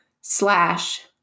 slash